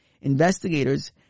investigators